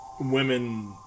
women